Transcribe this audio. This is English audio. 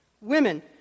Women